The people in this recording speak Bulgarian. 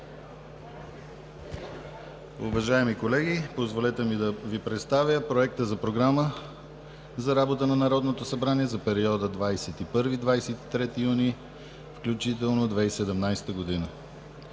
Уважаеми колеги, позволете ми да Ви представя Проекта за Програма за работа на Народното събрание за периода 21 – 23 юни 2017 г.